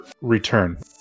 return